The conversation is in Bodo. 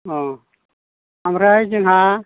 औ आमफ्राय जोंहा